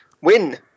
win